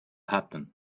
happen